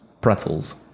pretzels